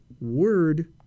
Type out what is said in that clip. word